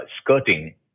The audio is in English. skirting